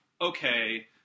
okay